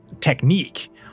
technique